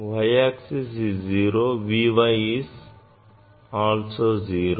y axis is 0 V y is 0